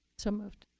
so moved.